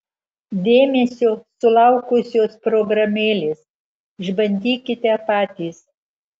dėmesio sulaukusios programėlės išbandykite patys